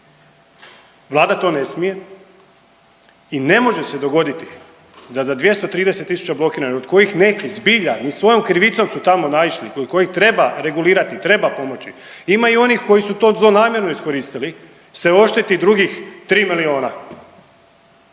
Vlada to ne smije i ne može se dogoditi da za 230 000 blokiranih od kojih nekih zbilja ni svojom krivicom su tamo naišli kod kojih treba regulirati, treba pomoći. Ima i onih koji su to zlonamjerno iskoristili se ošteti drugih 3 milijuna